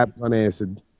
unanswered